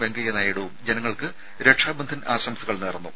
വെങ്കയ്യ നായിഡുവും ജനങ്ങൾക്ക് രക്ഷാബന്ധൻ ആശംസകൾ നേർന്നു